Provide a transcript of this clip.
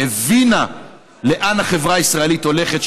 שהבינה לאן החברה הישראלית הולכת,